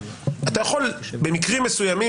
אתה יכול במקרים מסוימים,